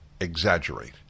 exaggerate